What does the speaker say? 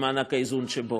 במענק האיזון שלו,